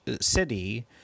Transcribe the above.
city